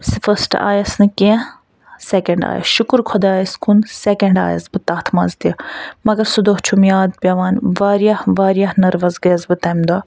first آیَس نہٕ کیٚنٛہہ سیٚکَنٛڈ آیَس شُکُر خۄدایَس کُن سیٚکَنڈ آیَس بہٕ تَتھ منٛز تہِ مگر سُہ دۄہ چھُم یاد پیٚوان واریاہ واریاہ نٔروَس گٔیَس بہٕ تَمہِ دوہ